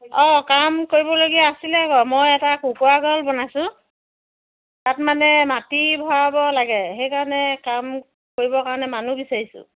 অঁ কাম কৰিবলগীয়া আছিলে বাৰু মই এটা কুকুৰা গঁৰাল বনাইছোঁ তাত মানে মাটি ভৰাব লাগে সেইকাৰণে কাম কৰিবৰ কাৰণে মানুহ বিচাৰিছোঁ